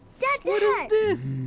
dad! what is